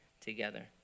together